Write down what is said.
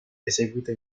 eseguita